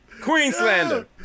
Queenslander